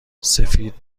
سفید